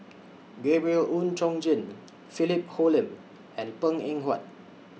Gabriel Oon Chong Jin Philip Hoalim and Png Eng Huat